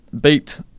beat